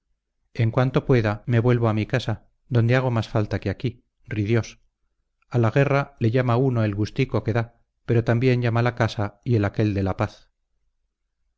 en cuanto pueda me vuelvo a mi casa donde hago más falta que aquí ridiós a la guerra le llama a uno el gustico que da pero también llama la casa y el aquel de la paz